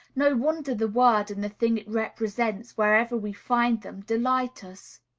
no wonder the word, and the thing it represents, wherever we find them, delight us.